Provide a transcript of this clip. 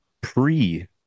pre